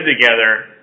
together